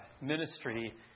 ministry